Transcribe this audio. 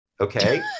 okay